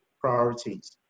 priorities